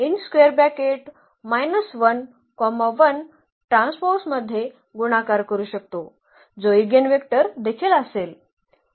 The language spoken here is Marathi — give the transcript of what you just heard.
तर आपण या संख्येला मध्ये गुणाकार करू शकतो जो इगेनन्वेक्टर देखील असेल